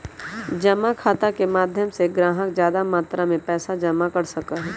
जमा खाता के माध्यम से ग्राहक ज्यादा मात्रा में पैसा जमा कर सका हई